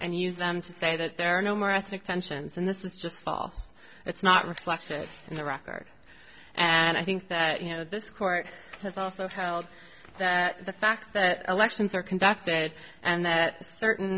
and use them to say that there are no more ethnic tensions and this is just false it's not reflected in the record and i think that you know this court has also filed the fact that elections are conducted and that certain